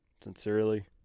Sincerely